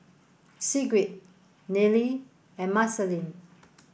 Sigrid Nealy and Marceline